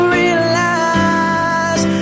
realize